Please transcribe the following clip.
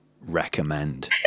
recommend